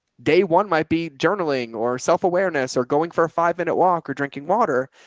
day one might be journaling or self-awareness or going for a five minute walk or drinking water.